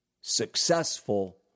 successful